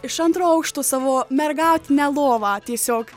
iš antro aukšto savo mergautinę lovą tiesiog